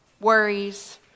worries